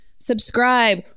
Subscribe